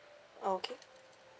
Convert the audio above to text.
okay